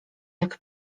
jak